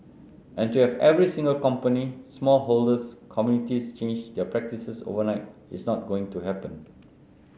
and to have every single company small holders communities change their practices overnight is not going to happen